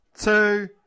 two